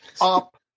up